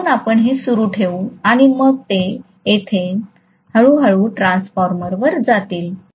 म्हणून आपण हे सुरू ठेवू आणि मग ते येथून हळू हळू ट्रान्सफॉर्मर्सवर जातील